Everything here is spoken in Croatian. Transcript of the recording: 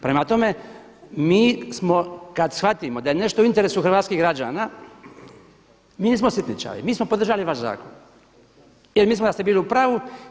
Prema tome, mi smo kad shvatimo da je nešto u interesu hrvatskih građana mi nismo sitničavi, mi smo podržali vaš zakon jer mislimo da ste bili u pravu.